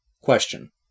Question